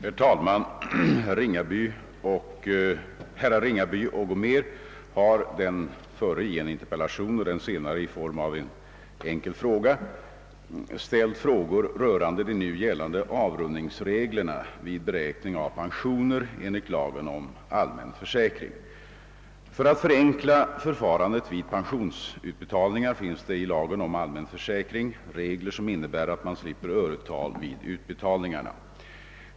Herr talman! Herrar Ringaby och Gomér har, den förre i en interpellation och den senare i form av enkel fråga, ställt frågor rörande de nu gällande avrundningsreglerna vid beräkning av pensioner enligt lagen om allmän försäkring. För att förenkla förfarandet vid pensionsutbetalningar finns det i lagen om allmän försäkring regler som innebär att man slipper öretal vid utbetalningarna.